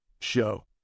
show